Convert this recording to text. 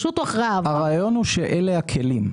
הרעיון הוא שאלה הכלים,